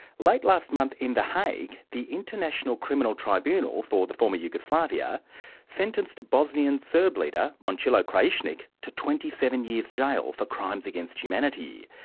late last month in the hague, the international criminal tribunal for the former yugoslavia sentenced bosnian serb leader momcilo krajisnik to twenty seven years jail for crimes against humanity.